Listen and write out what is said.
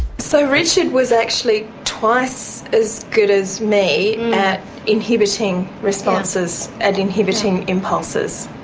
so richard was actually twice as good as me at inhibiting responses and inhibiting impulses.